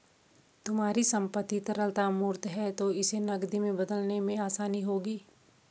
तुम्हारी संपत्ति तरलता मूर्त है तो इसे नकदी में बदलने में आसानी होगी